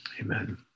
Amen